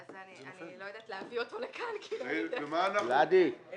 אבו, אתה